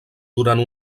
durant